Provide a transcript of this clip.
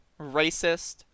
racist